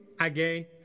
again